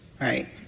right